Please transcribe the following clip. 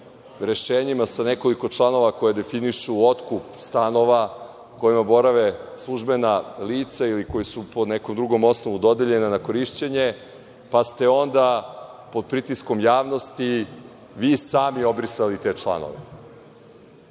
rešenjem i sa nekoliko članova koji definišu otkup stanova u kojima borave službena lica ili koji su po nekom drugom osnovu dodeljena na korišćenje. Tada ste pod pritiskom javnosti vi sami obrisali te članove. Onda